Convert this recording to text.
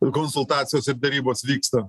konsultacijos ir derybos vyksta